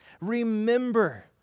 Remember